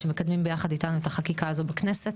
שמקדמים ביחד איתנו את החקיקה הזאת בכנסת.